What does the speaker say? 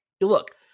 look